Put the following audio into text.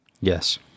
Yes